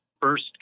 first